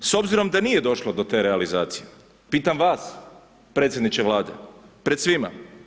S obzirom da nije došlo do te realizacije pitam vas predsjedniče Vlade, pred svima.